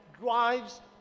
drives